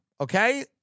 Okay